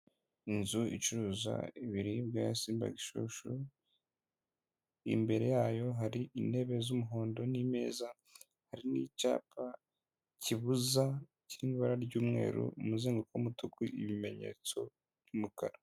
Inzu icuruza ibiribwa simba gishushu imbere yayo hari intebe z'umuhondo n'imeza hari n'icyapa kibuza cy'ibara ry'umweru umuzenguruko w'umutuku ibimenyetso by'umukara.